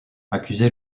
accusé